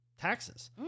taxes